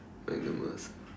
like a merc ah